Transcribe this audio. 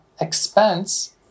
expense